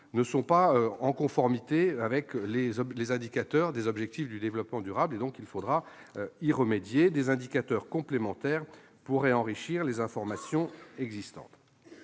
ne sont pas en conformité avec les indicateurs des objectifs du développement durable. Il faudra y remédier. Des indicateurs complémentaires pourraient enrichir les informations existantes.